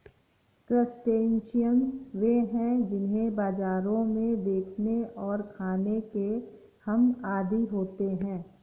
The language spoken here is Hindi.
क्रस्टेशियंस वे हैं जिन्हें बाजारों में देखने और खाने के हम आदी होते हैं